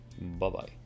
Bye-bye